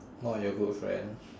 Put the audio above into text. not your good friend